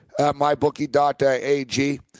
MyBookie.ag